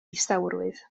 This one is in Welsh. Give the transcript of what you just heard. distawrwydd